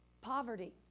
poverty